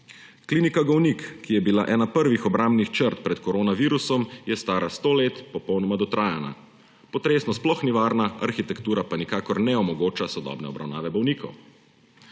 Klinika Golnik, ki je bila ena prvih obrambnih črt pred korona virusom, je stara 100 let, popolnoma dotrajana, potresno sploh ni varna, arhitektura pa nikakor ne omogoča sodobne obravnave bolnikov.